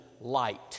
light